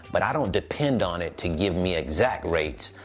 but i don't depend on it to give me exact rates.